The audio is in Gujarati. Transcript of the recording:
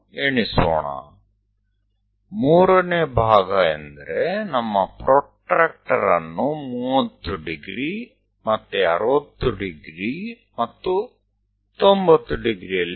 તો ત્રીજો ભાગ એટલે જો આપણે આપણા કોણમાપક નો ઉપયોગ કરીએ તો 30 ડિગ્રી ફરીથી 60 ડિગ્રી અને 90 ડિગ્રી